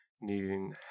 needing